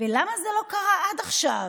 ולמה זה לא קרה עד עכשיו?